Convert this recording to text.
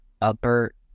upper